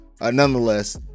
nonetheless